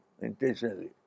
intentionally